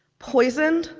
poisoned,